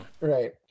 right